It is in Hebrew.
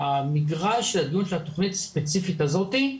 המגרש של הדיון של התכנית הספציפית הזאת הוא